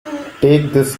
this